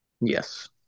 Yes